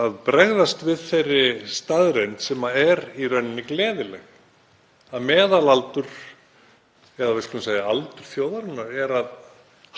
að bregðast við þeirri staðreynd sem er í rauninni gleðileg, að meðalaldur eða við skulum segja aldur þjóðarinnar er að